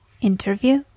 interview